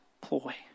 ploy